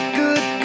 good